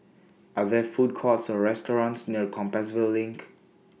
Are There Food Courts Or restaurants near Compassvale LINK